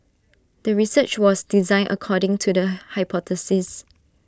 the research was designed according to the hypothesis